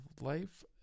life